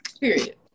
Period